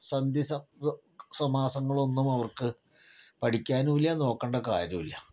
സന്ധി സമാസങ്ങളൊന്നും അവർക്ക് പഠിക്കാനും ഇല്ല നോക്കേണ്ട കാര്യവും ഇല്ല